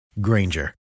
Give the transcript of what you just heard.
Granger